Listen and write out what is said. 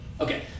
Okay